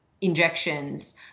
injections